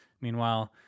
meanwhile